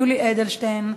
יולי אדלשטיין,